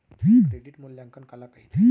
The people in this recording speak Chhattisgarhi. क्रेडिट मूल्यांकन काला कहिथे?